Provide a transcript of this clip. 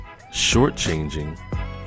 shortchanging